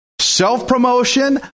Self-promotion